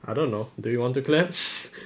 I don't know do you want to clap